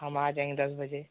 हम आ जाएँगे दस बजे